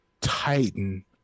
titan